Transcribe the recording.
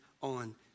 on